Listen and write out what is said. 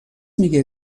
میگه